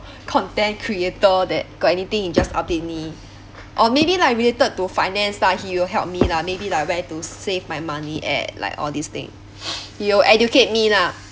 content creator that got anything he just update me or maybe like related to finance lah he will help me lah maybe lah where to save my money at like all these thing he will educate me lah